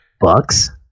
bucks